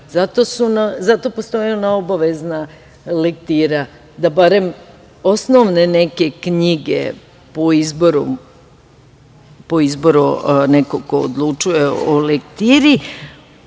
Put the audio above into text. Zato postoji ona obavezna lektira, da barem osnovne neke knjige po izboru nekog ko odlučuje o lektiri,